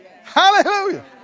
Hallelujah